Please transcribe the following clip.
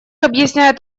объясняет